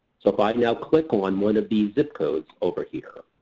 so, if i now click on one of these zip codes over here,